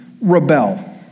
rebel